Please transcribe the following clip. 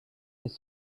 they